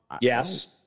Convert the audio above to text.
Yes